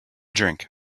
drink